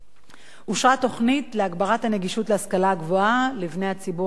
אושרה תוכנית להגברת נגישות ההשכלה גבוהה לבני הציבור החרדי.